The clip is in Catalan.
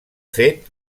fet